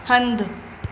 हंधु